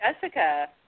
Jessica